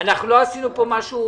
גם עשר שנים.